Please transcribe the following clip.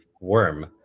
worm